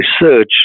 research